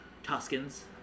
tuscans